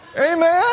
Amen